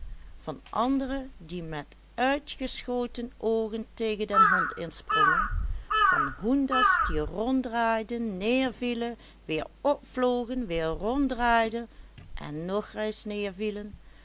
van andere die met uitgeschoten oogen tegen den hond insprongen van hoenders die ronddraaiden neervielen weer opvlogen weer ronddraaiden en nog reis